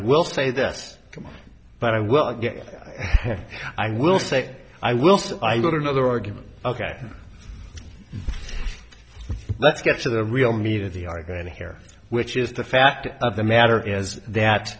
will say that but i well i will say i will so i got another argument ok let's get to the real meat of the argument here which is the fact of the matter is that